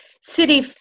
city